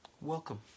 Welcome